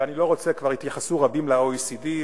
כבר התייחסו רבים ל-OECD,